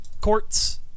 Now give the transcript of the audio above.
Courts